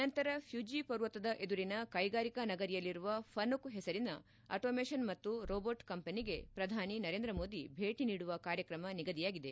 ನಂತರ ಘ್ಲುಜಿ ಪರ್ವತದ ಎದುರಿನ ಕೈಗಾರಿಕಾ ನಗರಿಯಲ್ಲಿರುವ ಫನುಕ್ ಹೆಸರಿನ ಆಟೋಮೆಷನ್ ಮತ್ತು ರೋಬೋಟ್ ಕಂಪನಿಗೆ ಪ್ರಧಾನಿ ನರೇಂದ್ರ ಮೋದಿ ಭೇಟಿ ನೀಡುವ ಕಾರ್ಯಕ್ರಮ ನಿಗದಿಯಾಗಿದೆ